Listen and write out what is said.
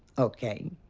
ok?